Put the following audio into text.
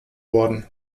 worden